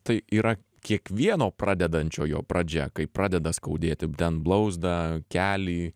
tai yra kiekvieno pradedančiojo pradžia kai pradeda skaudėti ten blauzdą kelį